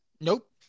nope